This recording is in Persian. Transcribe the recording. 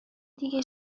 دیگه